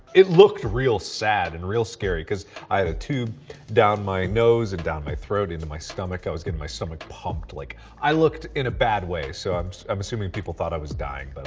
it looked real sad and real scary. because i had a tube down my nose and down my throat into my stomach. i was getting my stomach pumped, like i looked in a bad way. so i'm um assuming people thought i was dying. but